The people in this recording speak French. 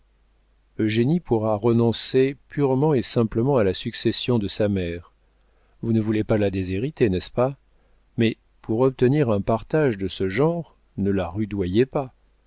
dit-il eugénie pourra renoncer purement et simplement à la succession de sa mère vous ne voulez pas la déshériter n'est-ce pas mais pour obtenir un partage de ce genre ne la rudoyez pas